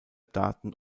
daten